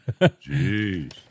Jeez